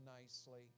nicely